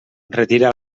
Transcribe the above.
retira